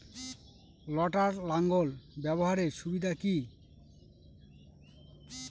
লটার লাঙ্গল ব্যবহারের সুবিধা কি?